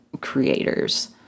creators